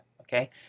okay